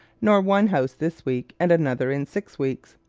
nor one house this week and another in six weeks.